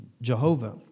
Jehovah